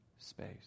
Space